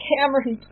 Cameron